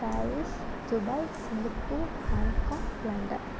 Paris Dubai Singapore Bangkok London